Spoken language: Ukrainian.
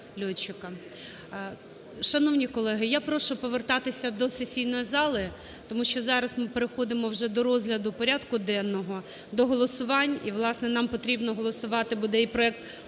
Шановні колеги, я прошу повертатися до сесійної зали, тому що зараз ми переходимо вже до розгляду порядку денного, до голосувань, і, власне, нам потрібно голосувати буде і проект